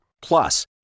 Plus